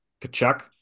Kachuk